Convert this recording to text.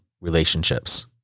relationships